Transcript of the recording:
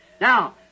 Now